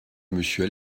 monsieur